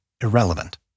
irrelevant